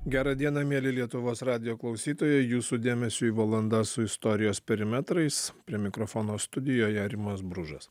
gera diena mieli lietuvos radijo klausytojai jūsų dėmesiui valanda su istorijos perimetrais prie mikrofono studijoje rimas bružas